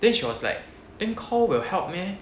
then she was like then call will help meh